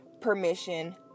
permission